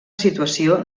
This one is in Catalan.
situació